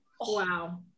wow